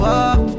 up